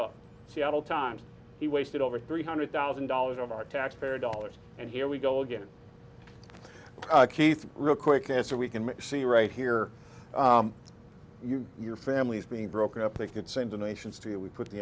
up seattle times he wasted over three hundred thousand dollars of our taxpayer dollars and here we go again keith real quick answer we can see right here your family's being broken up they can send donations to you we put the